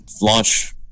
launch